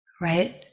right